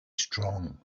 strong